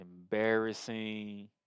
embarrassing